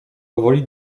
powoli